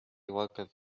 walked